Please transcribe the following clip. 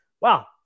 wow